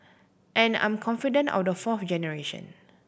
and I'm confident of the fourth generation